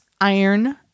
iron